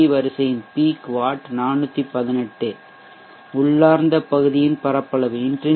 வரிசையின் peak watt 418 உள்ளார்ந்த பகுதியின் பரப்பளவு 2